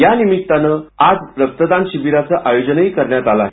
यानिमित्ताने आज रक्तदान शिबिराचं आयोजनही करण्यात आलं आहे